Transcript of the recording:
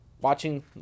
watching